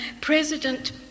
president